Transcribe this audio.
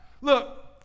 look